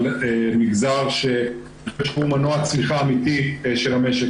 מגזר שיש לו מנוע צמיחה אמיתי של המשק.